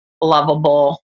lovable